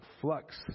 flux